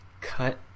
cut